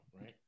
right